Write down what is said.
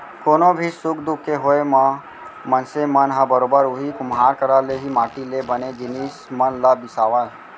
कोनो भी सुख दुख के होय म मनसे मन ह बरोबर उही कुम्हार करा ले ही माटी ले बने जिनिस मन ल बिसावय